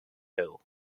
hill